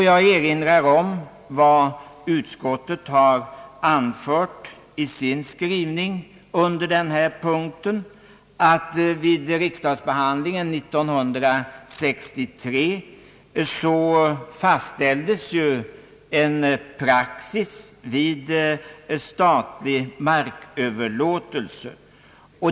Jag erinrar om vad utskottet har anfört i sin skrivning under denna punkt, nämligen att vid riksdagsbehandlingen år 1963 fastställdes en praxis vid statlig marköverlåtelse.